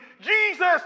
Jesus